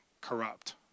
Corrupt